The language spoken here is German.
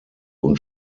und